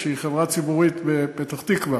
שהיא חברה ציבורית בפתח-תקווה,